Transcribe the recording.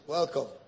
Welcome